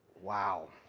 Wow